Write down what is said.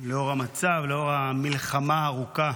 לנוכח המצב, לנוכח המלחמה הארוכה